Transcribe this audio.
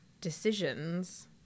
decisions